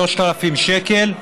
3,000 שקל,